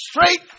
straight